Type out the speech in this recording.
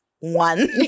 One